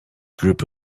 group